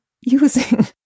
using